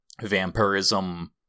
vampirism